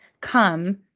Come